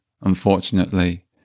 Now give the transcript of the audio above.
unfortunately